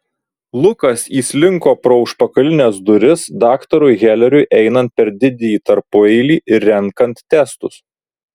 lukas įslinko pro užpakalines duris daktarui heleriui einant per didįjį tarpueilį ir renkant testus